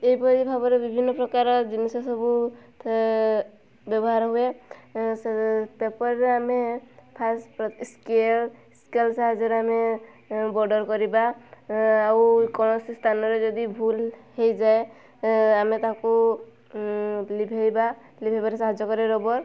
ଏହିପରି ଭାବରେ ବିଭିନ୍ନ ପ୍ରକାର ଜିନିଷ ସବୁ ବ୍ୟବହାର ହୁଏ ପେପର୍ରେ ଆମେ ଫାଷ୍ଟ୍ ସ୍କେଲ୍ ସ୍କେଲ୍ ସାହାଯ୍ୟରେ ଆମେ ବର୍ଡ଼ର୍ କରିବା ଆଉ କୌଣସି ସ୍ଥାନରେ ଯଦି ଭୁଲ୍ ହୋଇଯାଏ ଆମେ ତାକୁ ଲିଭାଇବା ଲିଭାଇବାରେ ସାହାଯ୍ୟ କରେ ରବର